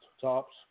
tops